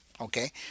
Okay